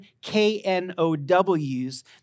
K-N-O-Ws